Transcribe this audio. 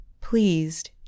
Pleased